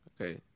Okay